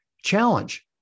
challenge